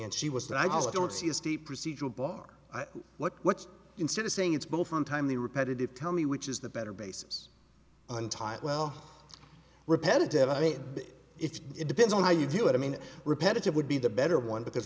and she was that i was i don't see is the procedural bar what instead of saying it's both on time the repetitive tell me which is the better basis on time well repetitive i mean it depends on how you do it i mean repetitive would be the better one because